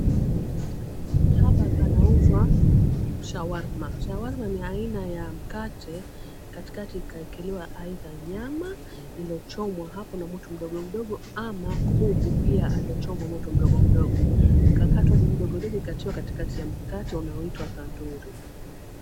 Hapa panauzwa shawarma. Shawarma ni aina ya mkate katikati ikaekelewa aidha nyama iliyochomwa hapo na moto mdogo mdogo ama kuku pia aliochomwa moto mdogo mdogo, akakatwa vijidogodogo akatiwa katikati ya mkate unaoitwa kanduri.